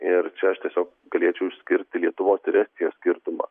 ir čia aš tiesiog galėčiau išskirti lietuvos ir estijos skirtumą